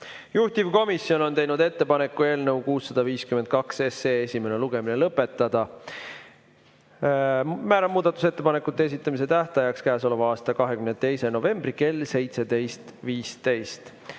Juhtivkomisjon on teinud ettepaneku eelnõu 652 esimene lugemine lõpetada. Määran muudatusettepanekute esitamise tähtajaks käesoleva aasta 22. novembri kell 17.15.Meie